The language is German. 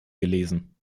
gelesen